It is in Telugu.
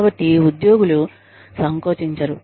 కాబట్టి ఉద్యోగులు సంకోచించరు